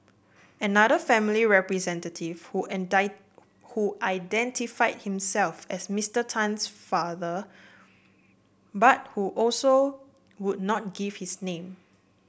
another family representative who who identified himself as Mister Tan's father but who also would not give his name